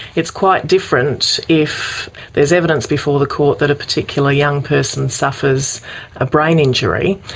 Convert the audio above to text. it's quite different if there is evidence before the court that a particular young person suffers a brain injury.